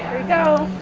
go!